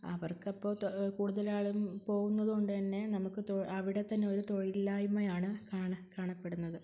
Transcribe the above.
അവർക്കപ്പോള് കൂടുതലാളും പോകുന്നതുകൊണ്ടുതന്നെ നമുക്ക് അവിടെ തന്നെ ഒരു തൊഴിലില്ലായ്മയാണ് കാണപ്പെടുന്നത്